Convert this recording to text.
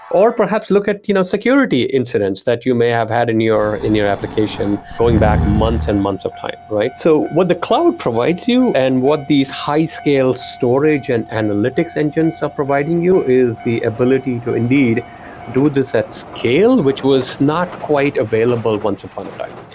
or perhaps look at you know security incidents that you may have had in your in your application going back months and months of time, right? so what the cloud provides you and what these high-scale storage and analytics engines are providing you is the ability to indeed do this at scale, which was not quite available once upon a time.